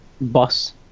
bus